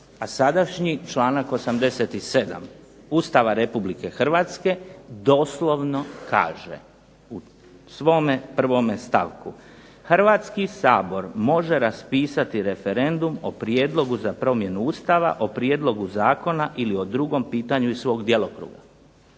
a sadašnji članak 87. Ustava RH doslovno kaže u svome prvome stavku: "Hrvatski sabor može raspisati referendum o prijedlogu za promjenu Ustava, o prijedlogu zakona ili o drugom pitanju iz svog djelokruga."